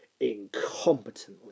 incompetently